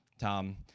Tom